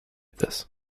this